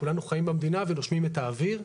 כולנו חיים במדינה ונושמים את האוויר.